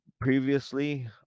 previously